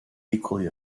equally